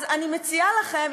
אני מציעה לכם,